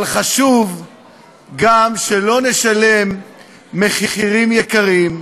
אבל חשוב גם שלא נשלם מחיר יקר,